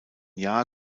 jahr